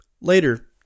Later